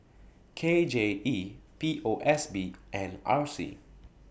K J E P O S B and R C